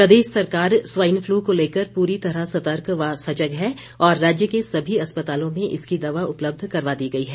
परमार प्रदेश सरकार swine flu को लेकर पूरी तरह सर्तक व सजग है और राज्य के सभी अस्पतालों में इसकी दवा उपलब्ध करवा दी गई है